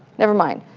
never mind.